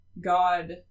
God